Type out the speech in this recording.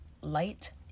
light